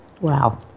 Wow